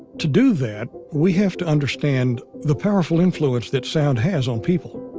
to do that, we have to understand the powerful influence that sound has on people.